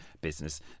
business